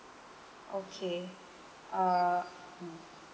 okay uh mm